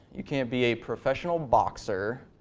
you can't be a professional boxer.